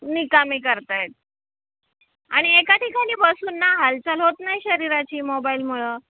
निकामी करत आहेत आणि एका ठिकाणी बसून ना हालचाल होत नाही शरीराची मोबाईलमुळं